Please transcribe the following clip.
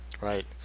right